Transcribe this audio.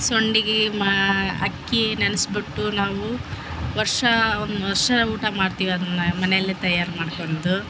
ಸೊಂಡಿಗಿ ಮಾ ಅಕ್ಕಿ ನೆನ್ಸಿ ಬಿಟ್ಟು ನಾವು ವರ್ಷ ವರ್ಷ ಊಟ ಮಾಡ್ತೀವಿ ಅದನ್ನ ಮನೇಲೆ ತಯಾರು ಮಾಡ್ಕೊಂಡು